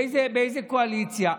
באיזו קואליציה,